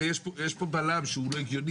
הרי יש פה בלם שהוא לא הגיוני.